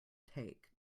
take